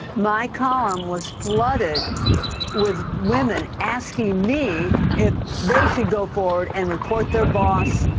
my column was flooded with women asking me if they should go forward and report their boss.